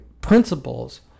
principles